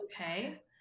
okay